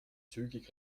zügig